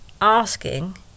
asking